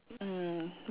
mm